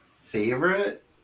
Favorite